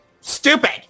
stupid